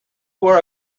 are